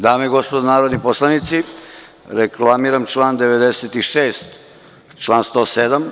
Dame i gospodo narodni poslanici, reklamiram član 96, član 107.